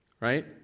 Right